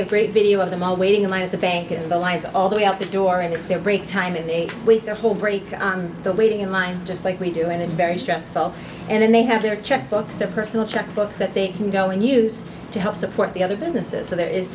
have great video of them all waiting in line at the bank and the lines all the way out the door and it's their break time and they waste their whole break on the waiting in line just like we do and it's very stressful and they have their checkbooks their personal checkbook that they can go and use to help support the other businesses so there is